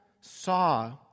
saw